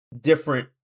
different